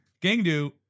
Gangdu